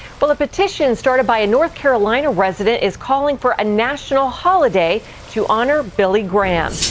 well, a petition started by a north carolina resident is calling for a national holiday to honor billy graham.